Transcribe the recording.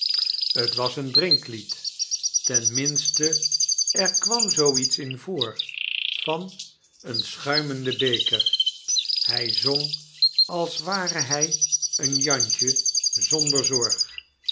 het was een drinklied ten minste er kwam zoo ie s in voor van een schtuimenden beker hij zong als ware hij een jantje zonder zorg